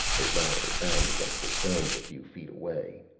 a ladder banged against the stones a few feet away.